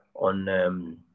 on